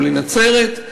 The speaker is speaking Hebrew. או לנצרת,